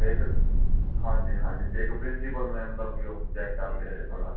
ਅਤੇ ਇੱਕ ਹਾਂਜੀ ਹਾਂਜੀ ਅਤੇ ਇੱਕ ਪ੍ਰਿੰਸੀਪਲ ਮੈਮ ਦਾ ਵੀ ਉਹ ਚੈੱਕ ਕਰ ਲਿਓ ਜੀ ਥੋੜ੍ਹਾ